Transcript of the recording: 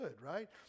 right